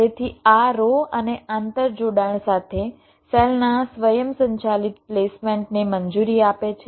તેથી આ રો અને આંતરજોડાણ સાથે સેલના સ્વયંસંચાલિત પ્લેસમેન્ટ ને મંજૂરી આપે છે